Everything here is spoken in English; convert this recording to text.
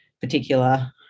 particular